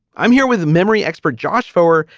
i'm here with a memory expert, josh foer,